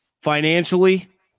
financially